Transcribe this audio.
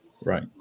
Right